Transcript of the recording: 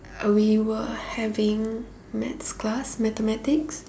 we were having maths class mathematics